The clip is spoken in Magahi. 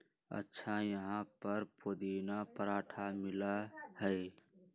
अच्छा यहाँ पर पुदीना पराठा मिला हई?